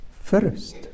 First